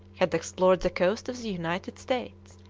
had explored the coast of the united states,